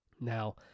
Now